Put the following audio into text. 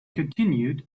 continued